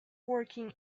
working